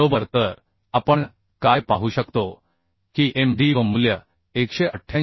बरोबर तर आपण काय पाहू शकतो की m d v मूल्य 188